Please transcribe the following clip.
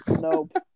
nope